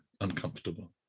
uncomfortable